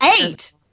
Eight